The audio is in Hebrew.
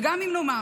וגם אם נאמר